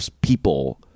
people